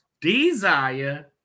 Desire